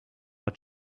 our